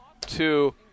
two